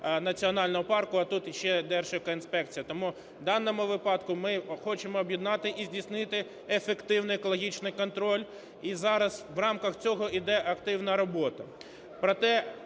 національного парку, а тут ще Держекоінспекція. Тому в даному випадку ми хочемо об'єднати і здійснити ефективний екологічний контроль. І зараз, в рамках цього йде активна робота.